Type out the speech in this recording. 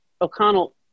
O'Connell